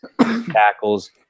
tackles